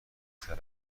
طرف